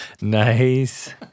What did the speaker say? Nice